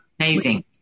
amazing